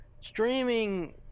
streaming